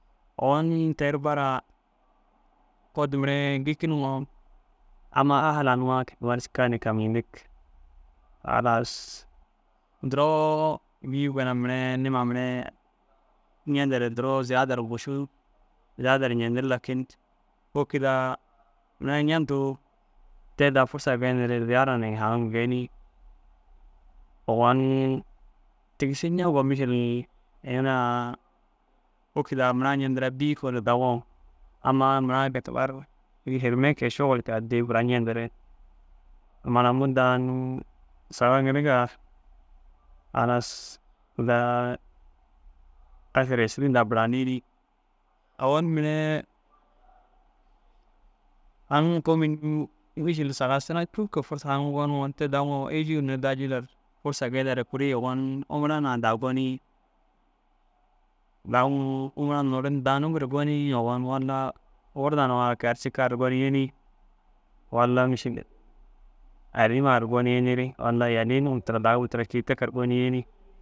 Owon teru bara ôtu mire gikiniŋoo amma ahala nuwa kôi tama ru cika na kamcintig halas duro ncii kono ginna niima mire ncentere duro mušu ziyadar ncentini lakin wôkid ai murai ncentu te da forsa genere ziyada haŋim genig owon tigissi nceŋiroo mišil wôkit ai murai ncentira bîi konoo murai kôi tama ru hirime kege šuwul burayintu ncentig mara ŋkiriga ru daa ašara êširin buranig owon mire aŋ mîšilu sagasina cûu kege forso haŋim goniŋoo te daŋoo êjuu ru nteda jillannu kuru owon umura na da gonug dagimoo umura numa ru gonig owon walla wurda nuwa kiya ru cika ru gonum yenig walla mîšil arii numa ru gonum yenig walla yali num dagim tira ru gonum yenig.